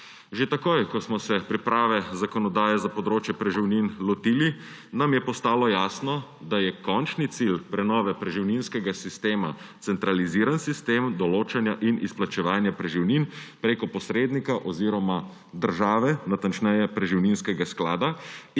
Že takoj, ko smo se priprave zakonodaje za področje preživnin lotili, nam je postalo jasno, da je končni cilj prenove preživninskega sistema centraliziran sistem določanja in izplačevanja preživnin preko posrednika oziroma države, natančneje preživninskega sklada,